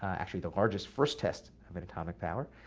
actually, the largest first test of an atomic power.